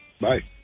Bye